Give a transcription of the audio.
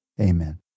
Amen